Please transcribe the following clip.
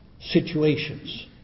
situations